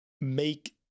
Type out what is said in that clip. make